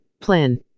plan